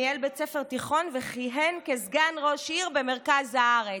ניהל בית ספר תיכון וכיהן כסגן ראש עיר במרכז הארץ.